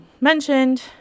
mentioned